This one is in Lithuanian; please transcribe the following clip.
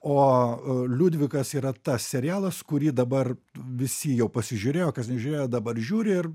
o liudvikas yra tas serialas kurį dabar visi jau pasižiūrėjo kas nežiūrėjo dabar žiūri ir